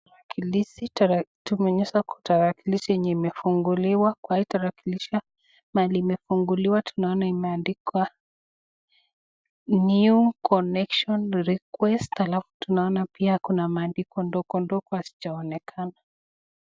Tumeonyeshwa tarakilishi imefunguliwa kwa hii tarakilishi mahali imefunguliwa tunaona imeandikwa new connection request ,tunaona pia kuna maandiko ndogo ndogo hazijaonekana.